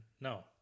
No